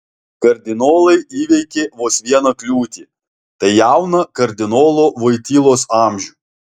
kardinolai įveikė vos vieną kliūtį tai jauną kardinolo voitylos amžių